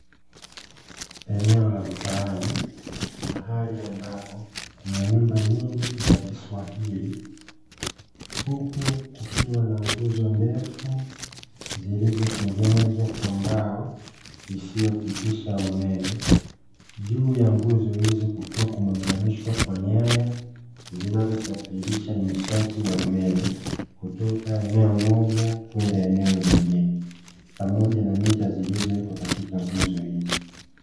Eneo la mtaani, mahali ambapo kuna nyumba nyingi za kiswahili. Huku kukiwa na nguzo ndefu zilizotengenezwa kwa mbao isiyopitisha umeme. Juu ya nguzo hizo kukiwa kumeunganishwa kwa nyaya zinazosafirisha nishati ya umeme kutoka eneo moja kwenda eneo lingine, pamoja na mita zilizowekwa katika nguzo hizo.